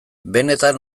benetan